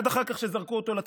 עד אחר כך שזרקו אותו לתא.